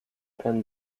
and